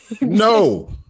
no